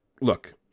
look